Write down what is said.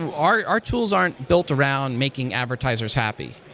ah our our tools aren't built around making advertisers happy.